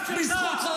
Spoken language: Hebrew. אני